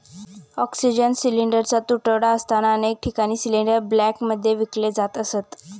oxygen सिलिंडरचा तुटवडा असताना अनेक ठिकाणी सिलिंडर ब्लॅकमध्ये विकले जात असत